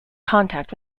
contact